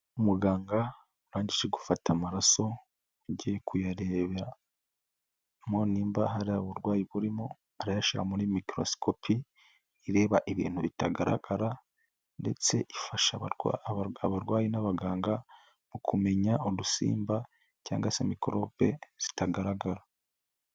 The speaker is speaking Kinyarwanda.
Umuganga urangije gufata amaraso, agiye kuyareberamo nimba hari uburwayi burimo, arayarebera muri mikorosikopi ireba ibintu bitagaragara ndetse ifasha abarwayi n'abaganga mu kumenya udusimba cyangwa se mikorobe zitagaragara.